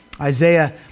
Isaiah